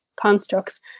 constructs